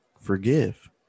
Forgive